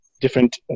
different